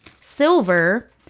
silver